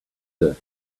her